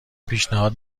پیشنهاد